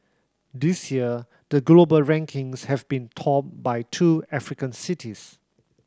this year the global rankings have been topped by two African cities